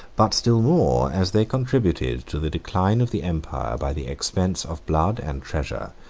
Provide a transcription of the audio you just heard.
but still more, as they contributed to the decline of the empire by the expense of blood and treasure,